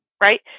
Right